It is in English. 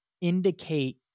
indicate